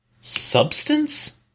Substance